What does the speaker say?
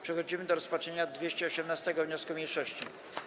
Przechodzimy do rozpatrzenia 218. wniosku mniejszości.